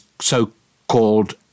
so-called